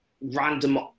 random